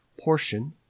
portion